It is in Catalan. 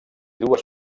dues